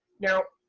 now,